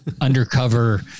undercover